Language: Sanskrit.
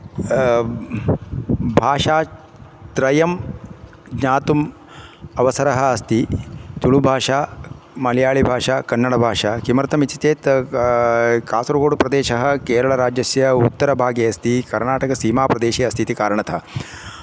भाषात्रयं ज्ञातुम् अवसरः अस्ति तुलुभाषा मलयालिभाषा कन्नडभाषा किमर्थम् इति चेत् कासरगोड् प्रदेशः केरलराज्यस्य उत्तरभागे अस्ति कर्णाटकसीमाप्रदेशे अस्ति इति कारणतः